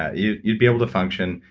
ah you'd you'd be able to function.